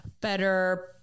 better